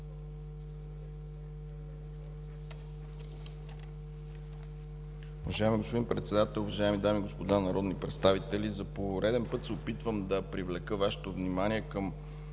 Уважаеми господин Председател, уважаеми дами и господа народни представители! За пореден път се опитвам да привлека Вашето внимание към